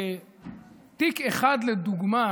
בתיק אחד לדוגמה